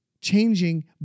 changing